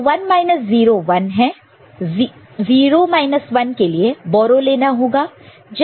तो 0 1 के लिए बोरो लेना होगा